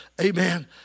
Amen